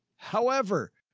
however,